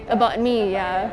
about me ya